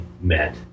met